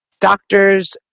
doctors